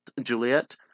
Juliet